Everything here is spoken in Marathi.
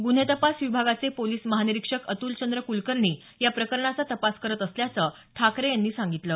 गुन्हे तपास विभागाचे पोलिस महानिरीक्षक अतुलचंद्र कुलकर्णी या प्रकरणाचा तपास करत असल्याचं ठाकरे यांनी सांगितलं